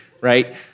right